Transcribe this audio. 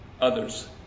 others